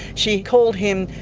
she called him,